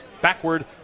backward